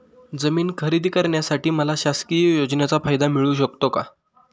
जमीन खरेदी करण्यासाठी मला शासकीय योजनेचा फायदा मिळू शकतो का?